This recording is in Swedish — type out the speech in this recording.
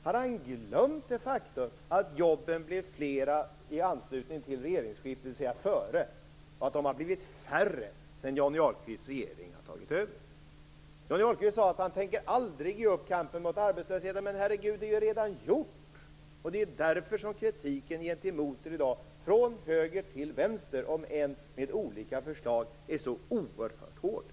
Har han glömt det faktum att jobben blev fler före regeringsskiftet och att de har blivit färre sedan Johnny Ahlqvists parti har tagit över i regeringen? Johnny Ahlqvist sade att han aldrig tänker ge upp kampen mot arbetslösheten. Men, herregud, det är ju redan gjort! Det är därför som kritiken mot er i dag, från höger till vänster, om än med olika förslag, är så oerhört hård.